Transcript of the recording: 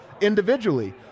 individually